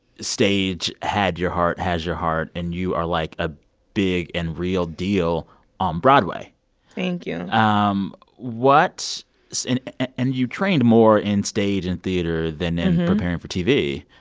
stage had your heart has your heart and you are, like, a big and real deal on broadway thank you um what so and you trained more in stage and theater than in preparing for tv.